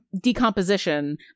decomposition